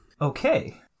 Okay